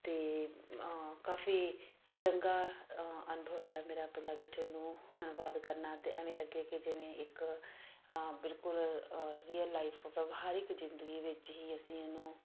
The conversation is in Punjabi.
ਅਤੇ ਕਾਫ਼ੀ ਚੰਗਾ ਅਨੁਭਵ ਰਿਹਾ ਮੇਰਾ ਪੰਜਾਬੀ 'ਚ ਉਹਨੂੰ ਅਨੁਵਾਦ ਕਰਨਾ ਅਤੇ ਐਵੇਂ ਲੱਗੇ ਕਿ ਜਿਵੇਂ ਇੱਕ ਬਿਲਕੁਲ ਰੀਅਲ ਲਾਈਫ ਹਰ ਇੱਕ ਜ਼ਿੰਦਗੀ ਵਿੱਚ ਹੀ ਅਸੀਂ ਇਹਨੂੰ